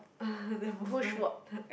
the movement